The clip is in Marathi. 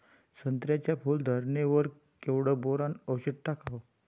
संत्र्याच्या फूल धरणे वर केवढं बोरोंन औषध टाकावं?